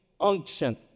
Unction